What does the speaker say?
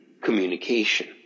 communication